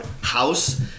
house